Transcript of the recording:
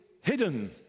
hidden